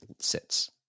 sits